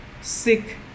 sick